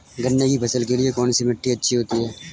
गन्ने की फसल के लिए कौनसी मिट्टी अच्छी होती है?